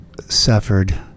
suffered